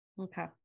Okay